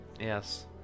Yes